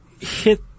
hit